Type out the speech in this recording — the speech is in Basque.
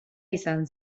izan